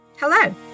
Hello